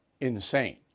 insane